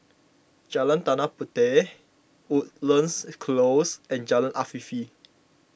Jalan Tanah Puteh Woodlands Close and Jalan Afifi